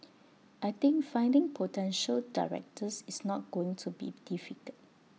I think finding potential directors is not going to be difficult